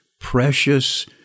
precious